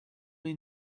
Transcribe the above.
may